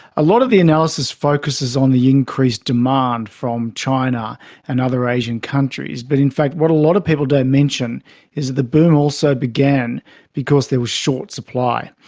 a lot of the analysis focuses on the increased demand from china and other asian countries, but in fact what a lot of people don't mention is that the boom also began because there was short supply.